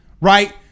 right